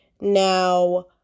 Now